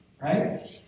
Right